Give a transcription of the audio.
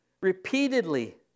repeatedly